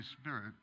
Spirit